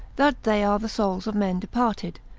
that they are the souls of men departed,